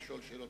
השר.